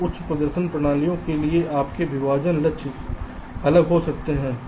तो उच्च प्रदर्शन प्रणालियों के लिए आपके विभाजन लक्ष्य अलग हो सकते हैं